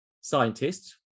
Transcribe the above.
scientists